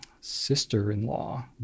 sister-in-law